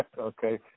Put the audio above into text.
Okay